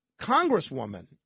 congresswoman